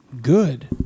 good